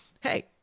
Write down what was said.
Hey